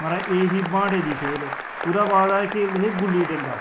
महाराज एह् ही बांह्टें दी खेल ओहदे बाद ऐ गुल्ली डंडा